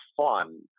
fun